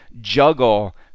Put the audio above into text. juggle